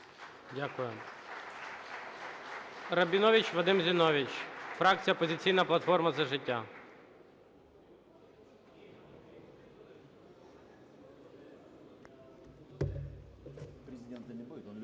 Дякую. Рабінович Вадим Зіновійович, фракція "Опозиційна платформа – За життя".